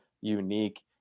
unique